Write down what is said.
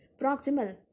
Proximal